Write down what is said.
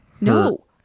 No